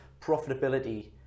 profitability